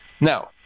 Now